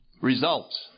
Results